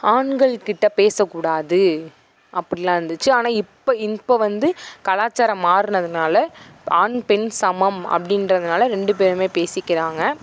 ஆண்கள்கிட்டே பேசக்கூடாது அப்படிலாம் இருந்துச்சு ஆனால் இப்போ இப்போ வந்து கலாச்சாரம் மாறினதுனால ஆண் பெண் சமம் அப்படின்றதுனால ரெண்டு பேரும் பேசிக்கிறாங்க